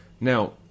Now